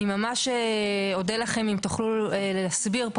אני ממש אודה לכם אם תוכלו להסביר פה